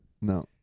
no